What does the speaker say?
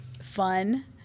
fun